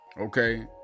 Okay